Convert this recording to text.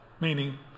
meaning